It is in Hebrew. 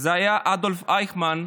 אדולף אייכמן,